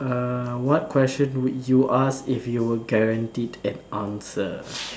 uh what question would you ask if you were guaranteed an answer